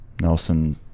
Nelson